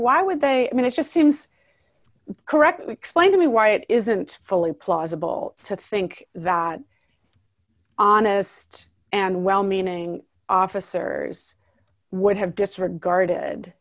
would they i mean it just seems correct explain to me why it isn't fully plausible to think that honest and well meaning officers would have disregarded